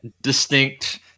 distinct